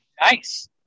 Nice